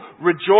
rejoice